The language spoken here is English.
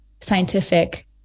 scientific